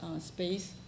space